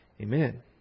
Amen